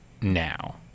now